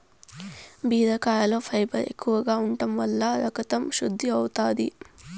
బీరకాయలో ఫైబర్ ఎక్కువగా ఉంటం వల్ల రకతం శుద్ది అవుతాది